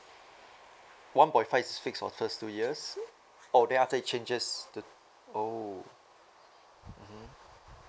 one point five is fixed for first two years oh then after changes to oh mmhmm